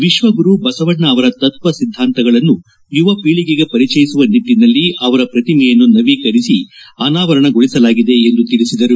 ವಿಶ್ವಗುರು ಬಸವಣ್ಣ ಅವರ ತತ್ವ ಸಿದ್ದಾಂತಗಳನ್ನು ಯುವ ಪೀಳಗೆಗೆ ಪರಿಚಯಿಸುವ ನಿಟ್ಟನಲ್ಲಿ ಅವರ ಪ್ರತಿಮೆಯನ್ನು ನವೀಕರಿಸಿ ಅನಾವರಣಗೊಳಿಸಲಾಗಿದೆ ಎಂದು ತಿಳಿಸಿದರು